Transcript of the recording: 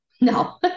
No